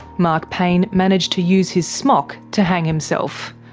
mark payne managed to use his smock to hang himself.